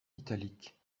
italique